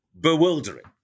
bewildering